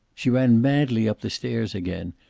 she ran madly up the stairs again,